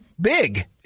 big